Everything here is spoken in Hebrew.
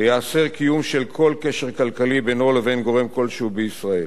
וייאסר קיום של כל קשר כלכלי בינו לבין גורם כלשהו בישראל.